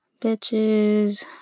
bitches